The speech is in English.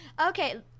Okay